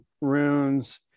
runes